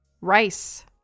rice